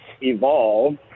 evolve